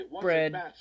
Bread